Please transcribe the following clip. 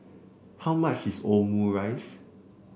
how much is Omurice